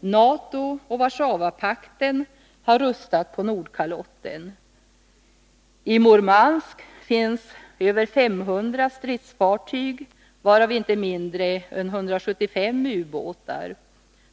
NATO och Warszawapakten har rustat på Nordkalotten. I Murmansk finns över 500 krigsfartyg, varav inte mindre än 175 ubåtar.